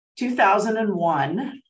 2001